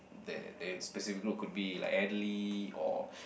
there the specific group could be like elderly or